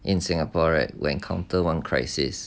in singapore right will encounter one crisis